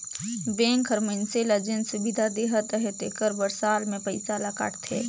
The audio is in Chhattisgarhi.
बेंक हर मइनसे ल जेन सुबिधा देहत अहे तेकर बर साल में पइसा ल काटथे